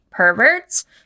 perverts